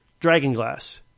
dragonglass